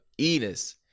Enos